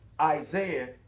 Isaiah